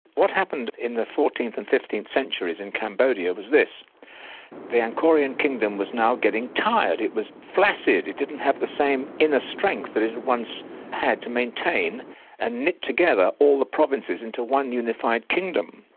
what happened in the fourteenth and fifteenth centuries in cambodia was this the angkorean kingdom was now getting tired. it was flaccid it didn't have the same inner strength that it had once had to maintain and knit together all the provinces into one unified kingdom.